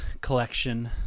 collection